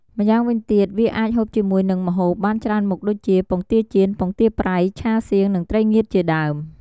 ម្យ៉ាងវិញទៀតវាអាចហូបជាមួយនិងម្ហូបបានច្រើនមុខដូចជា ពងទាចៀន ពងទាប្រៃ ឆាសៀង និងត្រីងៀតជាដើម។